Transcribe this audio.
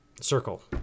Circle